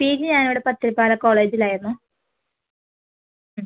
P G ഞാൻ ഇവിടെ പത്തിരിപ്പാല കോളേജിലായിരുന്നു മ്